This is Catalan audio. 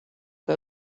que